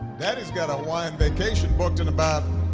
daddy's got a hawaiian vacation booked in about.